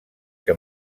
que